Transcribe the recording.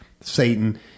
Satan